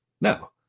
No